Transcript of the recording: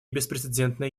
беспрецедентные